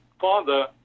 Father